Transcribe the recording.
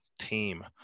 team